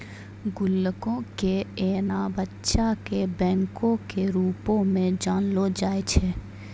गुल्लको के एना बच्चा के बैंको के रुपो मे जानलो जाय छै